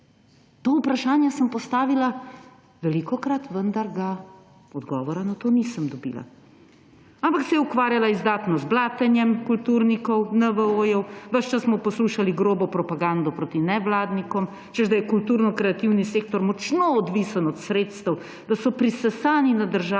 To vprašanje sem postavila velikokrat, vendar odgovora na to nisem dobila. Ampak se je ukvarjala izdatno z blatenjem kulturnikov, NVO, ves čas smo poslušali grobo propagando proti nevladnikom, češ da je kulturno-kreativni sektor močno odvisen od sredstev, da so prisesani na državne